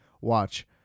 watch